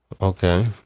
Okay